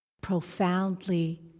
Profoundly